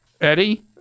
Eddie